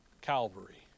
Calvary